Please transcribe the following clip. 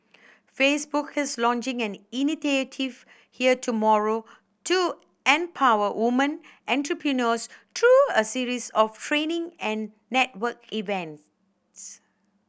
Facebook is launching an initiative here tomorrow to empower woman entrepreneurs through a series of training and networking events